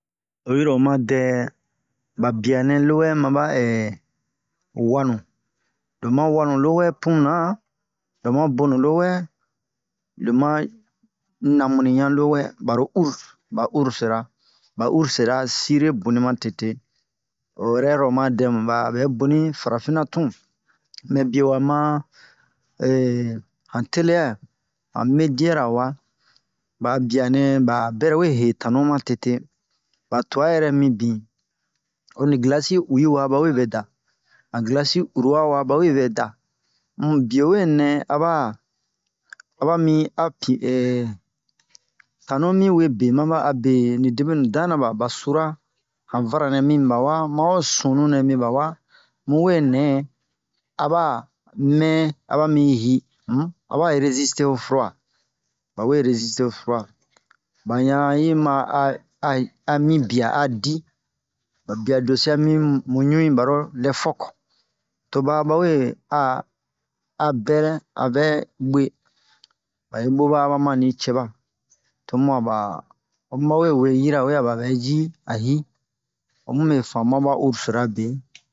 oyi ro oma dɛ ba bianɛ lowɛ lowɛ maba wanu lo ma wanu lowɛ puna lo ma bonu lowɛ lo ma namunui yan lowɛ baro urs ba ursera ba ursera sire boni ma tete o yɛrɛ iro oma dɛmu ba bɛ boni faranan tun mɛ bio wa ma han tele'a han media ra wa ba'a bianɛ ba bɛrɛ we he tanu ma tete ba tu'a yɛrɛ mibin onni glasi uyi wa ba we vɛ da han glasi uruwa wa ba we vɛ da um bio we nɛ a ba aba mi a pi tanu mi we be maba a be ni debenu dana ba ba sura han vara nɛ mi ba wa o ho sunu nɛ mi ba wa mu we nɛ a ba mɛ a ba mi hi um a b reziste o frura ba we reziste o frura bayan yi ma a a ami bia a di ba bia doso'a mi mu ɲui baro lɛ fok toba ba we a a bɛlin a vɛ bwe ba yi bo ba aba mani cɛ ba tomu a ba o mu bawe we yirawe a ba bɛ ji a hi o mu me famu'a ba ursira be